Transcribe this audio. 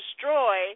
destroy